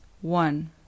one